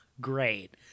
great